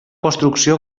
construcció